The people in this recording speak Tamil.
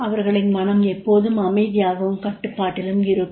அவர்களின் மனம் எப்போதும் அமைதியாகவும் கட்டுப்பாட்டிலும் இருக்கும்